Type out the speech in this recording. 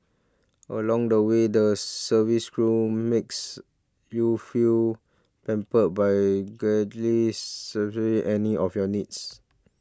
along the way the service crew makes you feel pampered by gladly surgery any of your needs